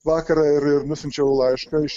vakarą ir ir nusiunčiau laišką iš